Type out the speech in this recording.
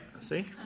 See